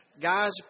Guys